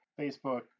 Facebook